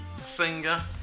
singer